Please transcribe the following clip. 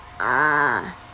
ah